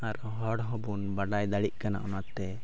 ᱟᱨ ᱦᱚᱲ ᱦᱚᱸᱵᱚᱱ ᱵᱟᱰᱟᱭ ᱫᱟᱲᱮᱭᱟᱜ ᱠᱟᱱᱟ ᱚᱱᱟᱛᱮ